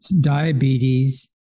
diabetes